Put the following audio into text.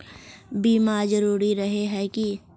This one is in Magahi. बीमा जरूरी रहे है की?